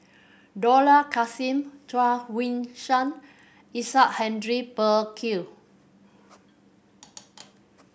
Dollah Kassim Chuang Hui Tsuan Isaac Henry Burkill